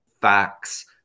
facts